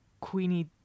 Queenie